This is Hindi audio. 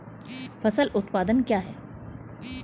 फसल उत्पादन क्या है?